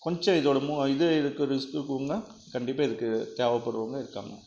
கொஞ்சம் இதோட இது இதுக்கு ஒரு ரிஸ்க்கு கொடுங்க கண்டிப்பாக இதுக்கு தேவைப்பட்றவங்க இருக்காங்க